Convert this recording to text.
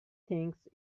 thinks